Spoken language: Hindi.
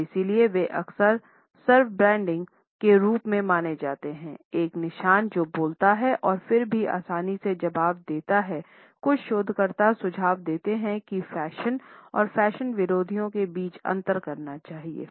और इसलिए वे अक्सर स्व ब्रांडिंग के रूप में माने जाते है एक निशान जो बोलता है और फिर भी आसानी से जवाब देता कुछ शोधकर्ता सुझाव देते हैं कि फैशन और फैशन विरोधी के बीच अंतर करना होगा